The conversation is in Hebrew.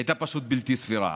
הייתה פשוט בלתי סבירה.